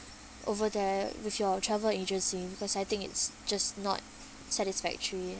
over there with your travel agency because I think it's just not satisfactory